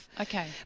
okay